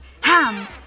Ham